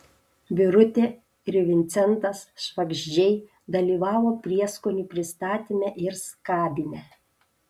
birutė ir vincentas švagždžiai dalyvavo prieskonių pristatyme ir skabyme